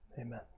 Amen